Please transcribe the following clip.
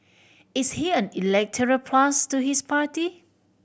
is he an electoral plus to his party